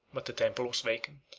but the temple was vacant.